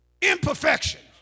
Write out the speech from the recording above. imperfections